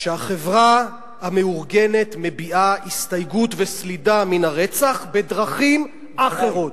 שהחברה המאורגנת מביעה הסתייגות וסלידה מן הרצח בדרכים אחרות.